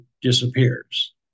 Disappears